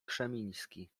krzemiński